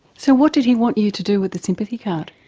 so what did he want you to do with the sympathy card?